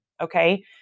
Okay